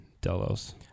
Delos